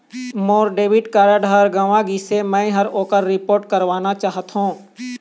मोर debit card ह गंवा गिसे, मै ह ओकर रिपोर्ट करवाना चाहथों